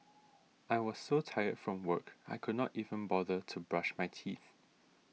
I was so tired from work I could not even bother to brush my teeth